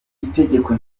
itegeko